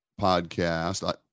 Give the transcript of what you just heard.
podcast